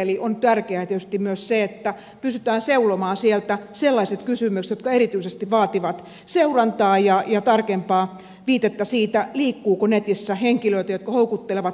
eli on tärkeää tietysti myös se että pystytään seulomaan sieltä sellaiset kysymykset jotka erityisesti vaativat seurantaa ja tarkempaa viitettä siitä liikkuuko netissä henkilöitä jotka houkuttelevat lapsia